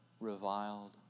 Reviled